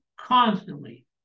constantly